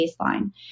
baseline